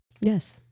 Yes